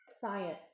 science